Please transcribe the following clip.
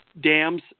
dams